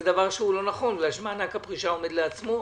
זה דבר שהוא לא נכון בגלל שמענק הפרישה עומד לעצמו,